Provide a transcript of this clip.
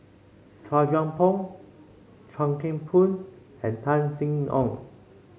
Chua Thian Poh Chuan Keng Boon and Tan Sin Aun